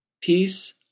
Peace